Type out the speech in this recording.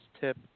tip